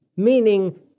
Meaning